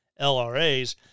LRAs